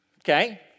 Okay